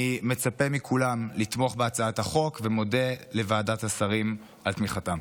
אני מצפה מכולם לתמוך בהצעת החוק ומודה לוועדת השרים על תמיכתה.